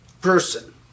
person